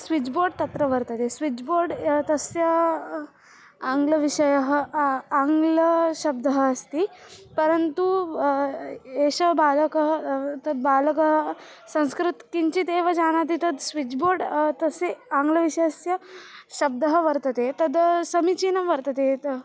switch board तत्र वर्तते switch board य तस्य आङ्ग्लविषयः आङ्ग्लशब्दः अस्ति परन्तु एषः बालकः तद् बालकः संस्कृतं किञ्चित् एव जानाति तद् स्विज् बोर्ड् तस्य आङ्ग्लविषयस्य शब्दः वर्तते तद् समीचीनं वर्तते यत्